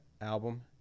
album